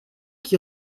qui